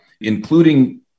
including